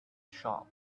shop